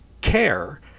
Care